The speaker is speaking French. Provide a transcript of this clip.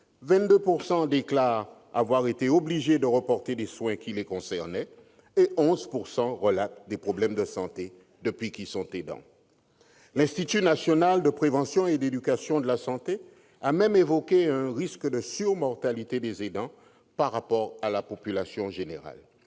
22 % déclarent avoir été obligés de reporter des soins qui les concernaient ; 11 % font état de problèmes de santé survenus depuis qu'ils sont aidants. L'Institut national de prévention et d'éducation pour la santé a même évoqué un risque de surmortalité des aidants par rapport à la population générale